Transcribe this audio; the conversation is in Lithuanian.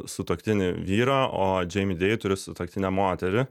sutuoktinį vyrą o džeimi dei turi sutuoktinę moterį